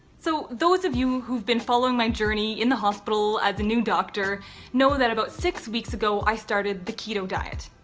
so those of you who've been following my journey in the hospital at the new doctor know that about six weeks ago i started the keto diet.